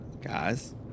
Guys